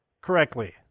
correctly